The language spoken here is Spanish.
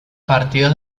partidos